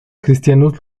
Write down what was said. cristianos